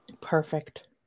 Perfect